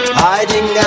hiding